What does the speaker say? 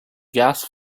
gas